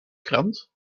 krant